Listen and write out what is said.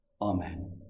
Amen